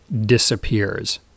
disappears